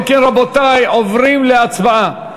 אם כן, רבותי, עוברים להצבעה.